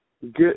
Good